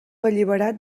alliberat